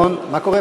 ובכן,